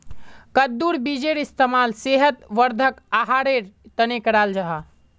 कद्दुर बीजेर इस्तेमाल सेहत वर्धक आहारेर तने कराल जाहा